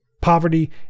Poverty